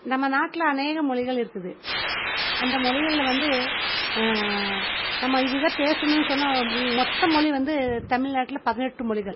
நம்ம நாட்டில் அநேக மொழிகள் இருக்குது அந்த மொழிகளில் வந்து நம்ம இது தான் பேசணும் சொன்னால் மொத்த மொழி வந்து தமிழ்நாட்டில் பதினெட்டு மொழிகள்